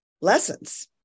lessons